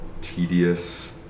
tedious